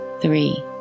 three